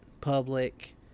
public